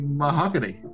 mahogany